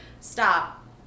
stop